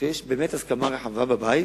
שיש באמת הסכמה רחבה בבית